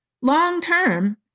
long-term